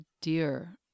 dear